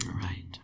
Right